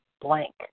blank